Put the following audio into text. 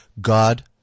God